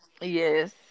yes